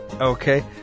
Okay